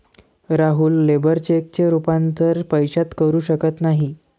राहुल लेबर चेकचे रूपांतर पैशात करू शकत नाही